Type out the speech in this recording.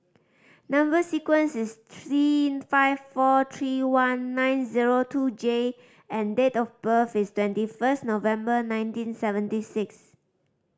number sequence is T five four three one nine zero two J and date of birth is twenty first November nineteen seventy six